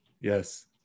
Yes